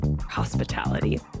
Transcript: Hospitality